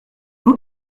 vous